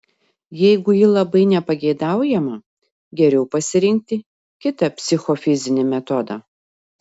jeigu ji labai nepageidaujama geriau pasirinkti kitą psichofizinį metodą